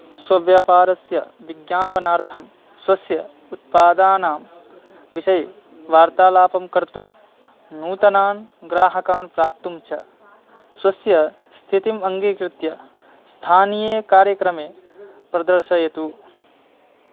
स्वव्यापारस्य विज्ञापनार्थं स्वस्य उत्पादानां विषये वार्तालापं कर्तुं नूतनान् ग्राहकान् प्राप्तुं च स्वस्य स्थितिम् अङ्गीकृत्य स्थानीये कार्यक्रमे प्रदर्शयतु